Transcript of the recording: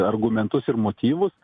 argumentus ir motyvus